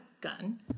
gun